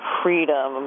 freedom